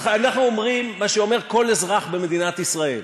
אנחנו אומרים מה שאומר כל אזרח במדינת ישראל: